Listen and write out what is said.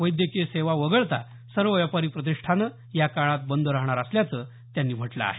वैद्यकीय सेवा वगळता सर्व व्यापारी प्रतिष्ठानं या काळात बंद राहणार असल्याचं त्यांनी म्हटलं आहे